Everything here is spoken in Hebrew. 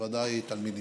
בוודאי תלמידים.